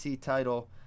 title